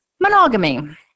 monogamy